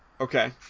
Okay